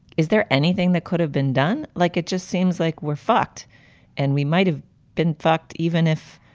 is there anything that could have been done? like it just seems like we're fucked and we might have been fucked even if,